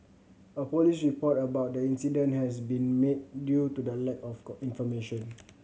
a police report about the incident has been made due to the lack of information